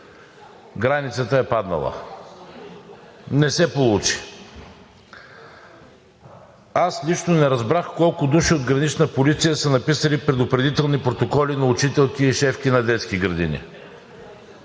границата е паднала. Не се получи. Нищо не разбрах, колко души от „Гранична полиция“ са написали предупредителни протоколи на учителки и шефки на детски градини.